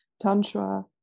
tantra